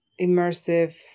immersive